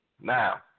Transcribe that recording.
now